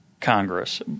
Congress